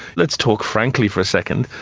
let's talk frankly for a second.